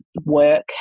work